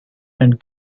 and